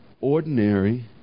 ordinary